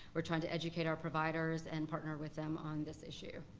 we're trying to educate our providers and partner with them on this issue.